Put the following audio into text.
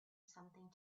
something